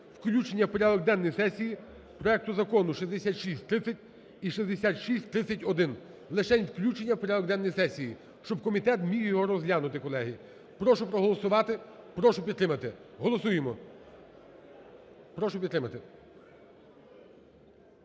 включення у порядок денної сесії проекту закону 6630 і 6631. Лишень включення у порядок денний сесії, щоб комітет міг його розглянути, колеги. Прошу проголосувати, прошу підтримати. Голосуємо. Прошу підтримати.